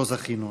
לא זכינו עדיין.